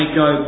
go